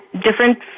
different